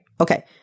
Okay